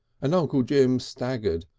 and uncle jim staggered,